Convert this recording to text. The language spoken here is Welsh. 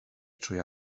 trwy